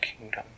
kingdom